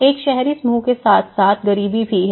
एक शहरी समूह के साथ साथ गरीबी भी है